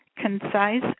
Concise